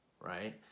right